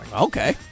Okay